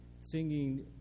singing